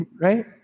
Right